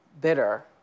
bitter